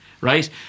right